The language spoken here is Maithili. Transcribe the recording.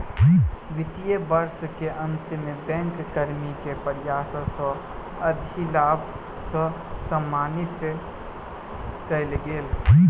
वित्तीय वर्ष के अंत में बैंक कर्मी के प्रयासक अधिलाभ सॅ सम्मानित कएल गेल